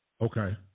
okay